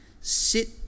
sit